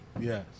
Yes